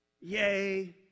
Yay